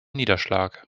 niederschlag